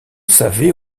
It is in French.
savait